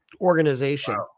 organization